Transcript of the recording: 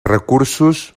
recursos